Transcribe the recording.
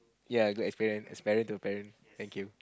ya good experience as parent to parent thank you